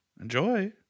Enjoy